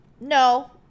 No